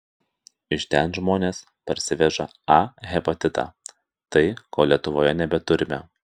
iš ten žmonės parsiveža a hepatitą tai ko lietuvoje nebeturime